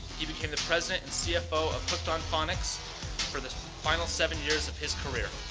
he became the president and cfo of hooked on phonics for the final seven years of his career.